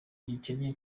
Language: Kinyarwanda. gikennye